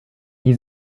gli